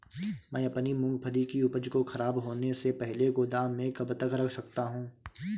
मैं अपनी मूँगफली की उपज को ख़राब होने से पहले गोदाम में कब तक रख सकता हूँ?